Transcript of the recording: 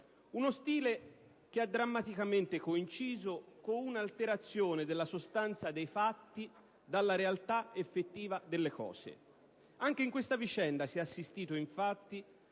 Uno stile che ha drammaticamente coinciso con un'alterazione della sostanza dei fatti dalla realtà effettiva delle cose. Anche in questa vicenda sì è assistito infatti